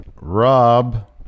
Rob